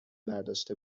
برداشته